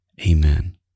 Amen